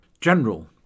General